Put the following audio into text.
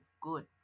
good